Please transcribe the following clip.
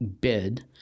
bid